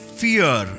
fear